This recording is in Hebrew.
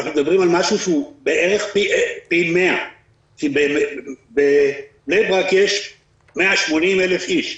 אנחנו מדברים על משהו שהוא בערך פי 100. כי בבני ברק יש 180,000 איש,